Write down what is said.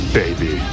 baby